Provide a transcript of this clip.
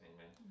Amen